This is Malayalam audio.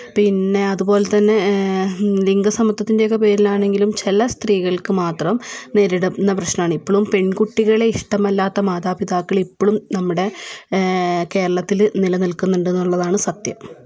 പിന്നെ അതുപോലെതന്നെ ലിംഗ സമത്വത്തിൻ്റെയൊക്കെ പേരിലാണെങ്കിലും ചില സ്ത്രീകൾക്ക് മാത്രം നേരിടുന്ന പ്രശ്നമാണ് ഇപ്പളും പെൺകുട്ടികളെ ഇഷ്ടമല്ലാത്ത മാതാപിതാക്കൾ ഇപ്പളും നമ്മുടെ കേരളത്തിൽ നിലനിൽക്കുന്നുണ്ടെന്നുള്ളതാണ് സത്യം